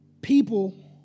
people